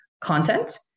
content